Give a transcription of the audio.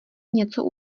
něco